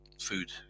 food